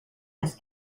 his